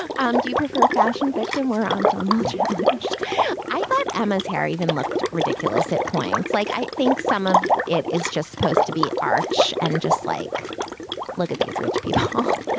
ah um do you prefer a fashion victim wear on? so. um ah i thought emma's hair even looked ridiculous at points like i think some of it is just supposed to be arch and just like look at these rich people. they